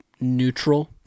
neutral